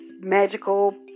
magical